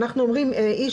אנחנו אומרים --- נועה,